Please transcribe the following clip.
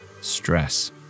Stress